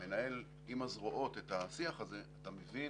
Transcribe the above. מנהל עם הזרועות את השיח הזה, אתה מבין